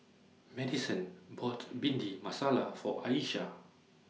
Madisyn bought Bhindi Masala For Ayesha